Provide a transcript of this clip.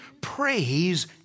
Praise